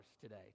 today